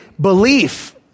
belief